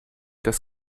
das